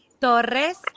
Torres